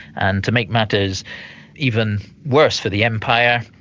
and to make matters even worse for the empire,